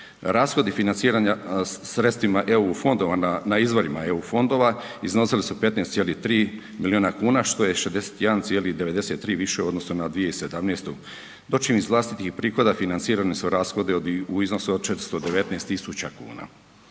Rashodi financiranja sredstvima EU fondova na izvorima EU fondova iznosi su 15,3 miliona kuna što je 61,93 više u odnosu na 2017., dočim iz vlastitih prihoda financirani su rashodi u iznosu od 419.000 kuna.